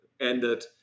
ended